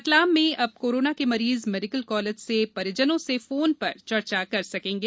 रतलाम में अब कोरोना के मरीज मेडिकल कॉलेज से परिजनों फोन पर चर्चा कर सकेंगे